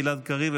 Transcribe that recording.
גלעד קריב,